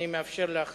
אני מאפשר לך